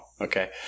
okay